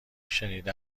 شنیده